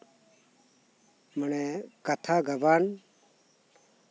ᱢᱟᱱᱮ ᱠᱟᱛᱷᱟ ᱜᱟᱵᱟᱱ